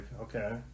okay